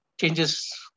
changes